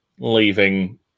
leaving